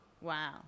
Wow